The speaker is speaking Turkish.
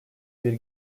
bir